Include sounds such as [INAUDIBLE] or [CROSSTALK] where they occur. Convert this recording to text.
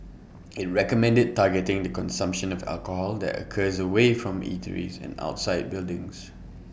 [NOISE] IT recommended targeting the consumption of alcohol that occurs away from eateries and outside buildings